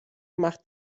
machte